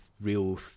real